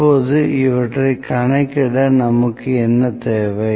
இப்போது இவற்றைக் கணக்கிட நமக்கு என்ன தேவை